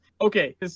Okay